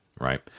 Right